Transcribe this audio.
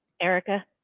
erica